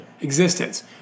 existence